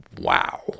wow